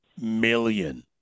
million